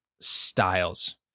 styles